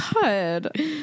God